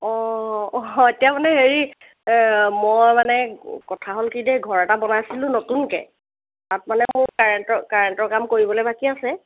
অঁ তেওঁ মানে হেৰি মই মানে কথা হ'ল কি এতিয়া ঘৰ এটা বনাইছিলোঁ নতুনকৈ তাত মানে মোৰ কাৰেণ্টৰ কাৰেণ্টৰ কাম কৰিবলৈ বাকী আছে